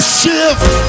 shift